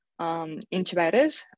intubated